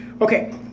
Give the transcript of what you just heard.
Okay